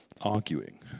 arguing